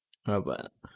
rabak